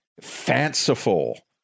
fanciful